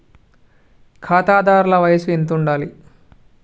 ఖాతాదారుల వయసు ఎంతుండాలి?